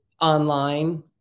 online